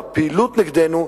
הפעילות נגדנו,